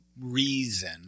reason